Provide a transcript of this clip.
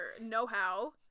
know-how